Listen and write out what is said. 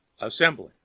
assembly